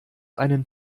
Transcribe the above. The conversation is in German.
einen